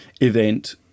event